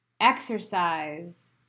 exercise